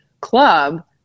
club